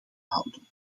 houden